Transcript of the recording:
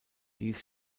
dies